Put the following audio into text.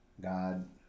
god